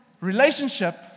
relationship